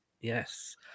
Yes